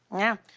yeah.